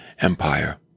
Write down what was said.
Empire